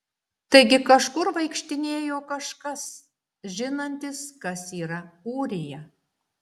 taigi kažkur vaikštinėjo kažkas žinantis kas yra ūrija